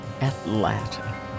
Atlanta